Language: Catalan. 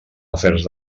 afers